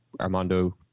Armando